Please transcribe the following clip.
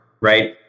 right